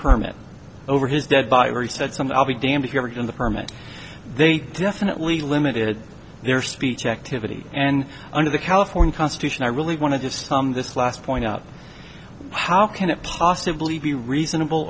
permit over his dead body or he said something i'll be damned if you are in the permit they definitely limited their speech activity and under the california constitution i really wanted this time this last point out how can it possibly be reasonable